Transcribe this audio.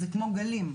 זה כמו גלים,